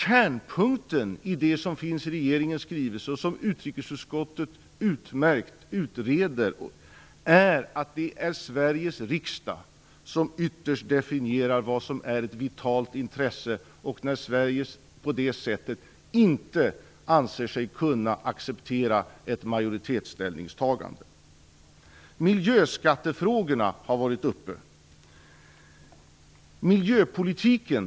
Kärnpunkten i det som finns i regeringens skrivelse är, som utrikesutskottet på ett utmärkt sätt utreder, att det är Sveriges riksdag som ytterst definierar vad som är ett vitalt intresse. Riksdagen avgör när Sverige inte anser sig kunna acceptera ett majoritetsställningstagande. Miljöskattefrågorna har varit uppe i debatten.